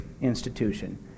institution